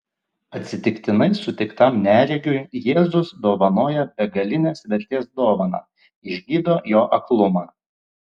atsitiktinai sutiktam neregiui jėzus dovanoja begalinės vertės dovaną išgydo jo aklumą